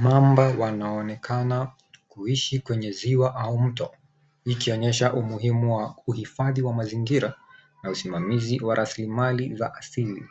Mamba wanaonekana kuishi kwenye ziwa au mto ikionyesha umuhimu wa uhifadhi wa mazingira na usimamizi wa raslimali za asili.